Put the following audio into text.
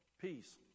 peace